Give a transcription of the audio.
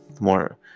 more